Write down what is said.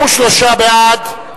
43 בעד,